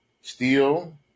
steel